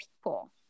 people